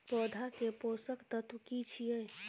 पौधा के पोषक तत्व की छिये?